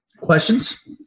Questions